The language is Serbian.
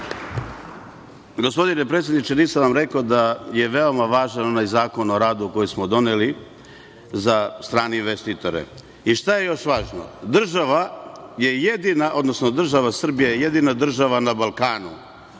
Gospodine predsedniče, nisam vam rekao da je veoma važan onaj Zakon o radu koji smo doneli za strane investitore. Šta je još važno? Država je jedina, odnosno država Srbija je jedina država na Balkanu